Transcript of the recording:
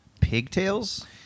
pigtails